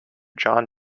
john